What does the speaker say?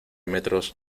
metros